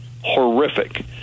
horrific